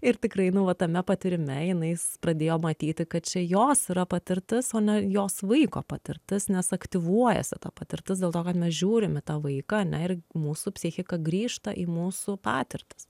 ir tikrai nu va tame patyrime jinai pradėjo matyti kad čia jos yra patirtis o ne jos vaiko patirtis nes aktyvuojasi ta patirtis dėl to kad mes žiūrim į tą vaiką ane ir mūsų psichika grįžta į mūsų patirtis